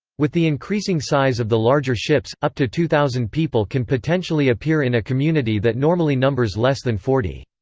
with the increasing size of the larger ships, up to two thousand people can potentially appear in a community that normally numbers less than forty.